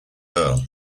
earl